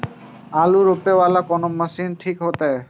आलू रोपे वाला कोन मशीन ठीक होते?